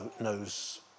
knows